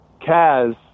Kaz